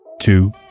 two